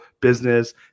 business